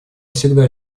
всегда